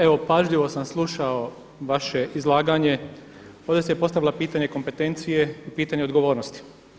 Evo pažljivo sam slušao vaše izlaganje, ovdje se postavilo pitanje kompetencije i pitanje odgovornosti.